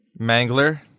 mangler